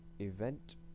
event